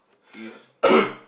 if